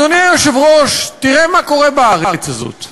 אדוני היושב-ראש, תראה מה קורה בארץ הזאת: